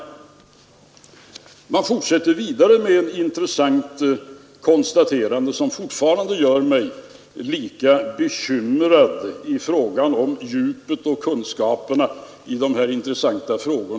Reservanterna fortsätter med ett intressant konstaterande, som fortfarande gör mig lika bekymrad i fråga om djupet av kunskaperna hos reservanterna i dessa intressanta frågor.